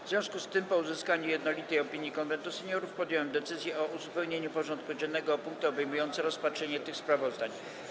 W związku z tym, po uzyskaniu jednolitej opinii Konwentu Seniorów, podjąłem decyzję o uzupełnieniu porządku dziennego o punkty obejmujące rozpatrzenie tych sprawozdań.